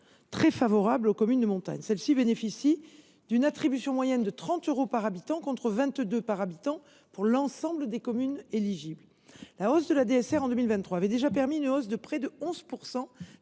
très favorables aux communes de montagne. Celles ci bénéficient ainsi d’une attribution moyenne de 30 euros par habitant, contre 22 euros pour l’ensemble des communes éligibles. La hausse de la DSR en 2023 a déjà permis une hausse de près de 11